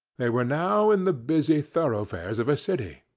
they were now in the busy thoroughfares of a city,